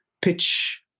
pitch